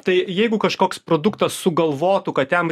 tai jeigu kažkoks produktas sugalvotų kad jam